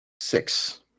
Six